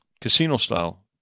casino-style